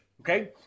okay